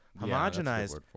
Homogenized